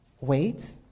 Wait